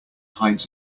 hides